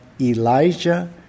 Elijah